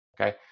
Okay